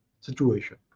situation